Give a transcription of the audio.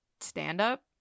Stand-up